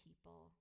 people